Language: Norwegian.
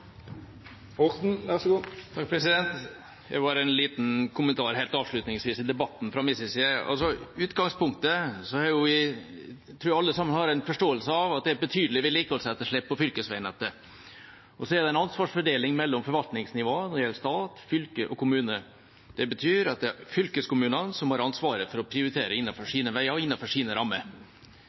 en liten kommentar fra min side helt avslutningsvis i debatten: I utgangspunktet tror jeg alle sammen har en forståelse av at det er et betydelig vedlikeholdsetterslep på fylkesveinettet. Så er det en ansvarsfordeling når det gjelder forvaltningsnivå, mellom stat, fylke og kommune. Det betyr at det er fylkeskommunene som har ansvaret for å prioritere innenfor sine veier og innenfor sine rammer.